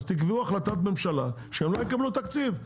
אז תקבעו החלטת ממשלה שהם לא יקבלו תקציב.